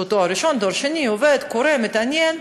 שהוא תואר ראשון, תואור שני, עובד, קורא, מתעניין.